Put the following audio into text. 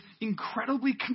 incredibly